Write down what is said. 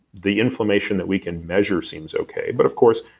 the inflammation that we can measure seems okay. but of course,